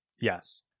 Yes